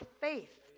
faith